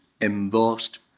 embossed